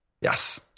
Yes